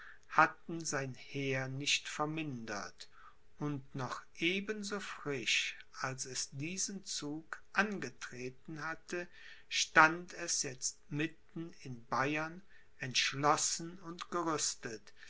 hatten sein heer nicht vermindert und noch eben so frisch als es diesen zug angetreten hatte stand es jetzt mitten in bayern entschlossen und gerüstet